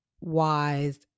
wise